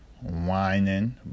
whining